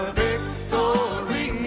victory